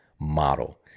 model